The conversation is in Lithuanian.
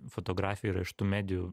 fotografija yra iš tų medijų